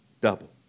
double